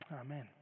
Amen